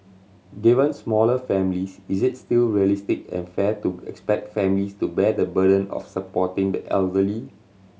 given smaller families is it still realistic and fair to expect families to bear the burden of supporting the elderly